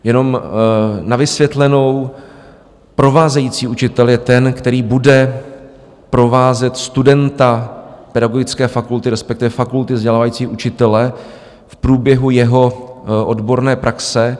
Jenom na vysvětlenou, provázející učitel je ten, který bude provázet studenta pedagogické fakulty, respektive fakulty vzdělávající učitele, v průběhu jeho odborné praxe.